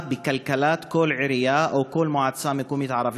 בכלכלת כל עירייה או כל מועצה מקומית ערבית.